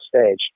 stage